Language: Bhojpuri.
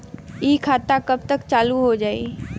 इ खाता कब तक चालू हो जाई?